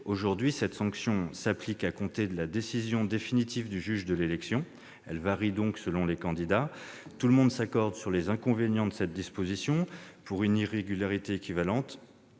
Aujourd'hui, cette sanction s'applique à compter de la décision définitive du juge de l'élection. Tout le monde s'accorde sur les inconvénients de cette disposition : pour une irrégularité équivalente,